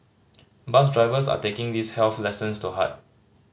bus drivers are taking these health lessons to heart